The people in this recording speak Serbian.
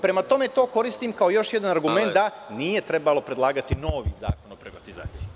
Prema tome, to koristim kao jedan argument da nije trebalo predlagati novi zakon o privatizaciji.